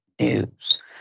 news